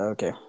Okay